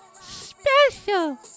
Special